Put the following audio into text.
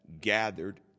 gathered